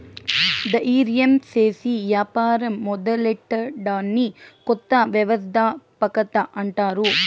దయిర్యం సేసి యాపారం మొదలెట్టడాన్ని కొత్త వ్యవస్థాపకత అంటారు